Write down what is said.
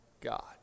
God